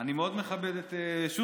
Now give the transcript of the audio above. אני מאוד מכבד את שוסטר,